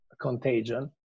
contagion